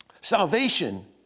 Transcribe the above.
salvation